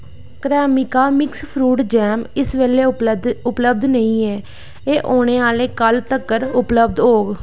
Cremica mix fruit jam इस बेल्लै उपलब्ध नेईं ऐ एह् औने आह्ले कल तक्कर उपलब्ध होग